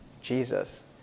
Jesus